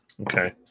Okay